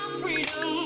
freedom